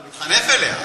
אתה מתחנף אליה.